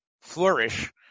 flourish